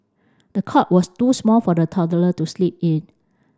the cot was too small for the toddler to sleep in